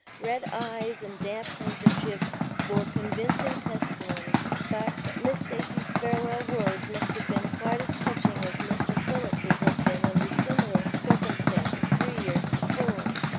red eyes and damp handkerchiefs bore convincing testimony to the fact that miss stacy's farewell words must have been quite as touching as mr. phillips's had been under similar circumstances three years before.